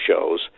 shows